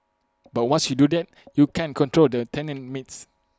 but once you do that you can't control the tenant mix